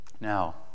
Now